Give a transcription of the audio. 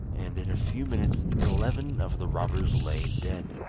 and in a few minutes eleven of the robbers lay dead,